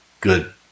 good